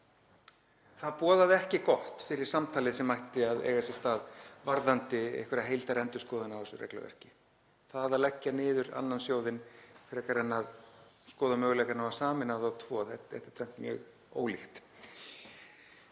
það boðaði ekki gott fyrir samtalið sem ætti að eiga sér stað varðandi einhverja heildarendurskoðun á þessu regluverki. Það að leggja niður annan sjóðinn frekar en að skoða möguleikann á að sameina þá tvo er tvennt mjög ólíkt.